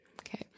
Okay